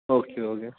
okay ہو گیا